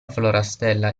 florastella